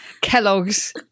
Kellogg's